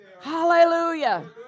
Hallelujah